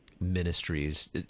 ministries